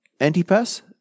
antipas